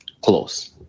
Close